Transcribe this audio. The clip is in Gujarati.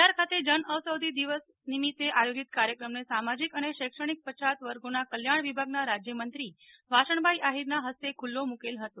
અંજાર ખાતે જન ઔષધી દિવસ નિમિતે આયોજીત કાર્યક્રમને સામાજીક અને શૈક્ષણિક પછાત વર્ગોનાકલ્યાણ વિભાગના રાજયમંત્રી વાસણભાઇ આહિરના હસ્તે ખૂલ્લો મુકેલ હતો